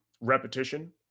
repetition